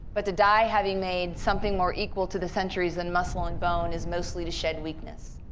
but to die having made something more equal to the centuries than muscle and bone is mostly to shed weakness.